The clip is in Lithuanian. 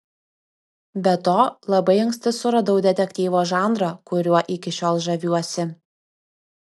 be to labai anksti suradau detektyvo žanrą kuriuo iki šiol žaviuosi